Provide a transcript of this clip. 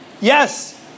Yes